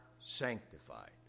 sanctified